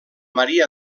maria